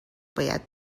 باید